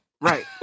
Right